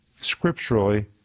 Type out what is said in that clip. scripturally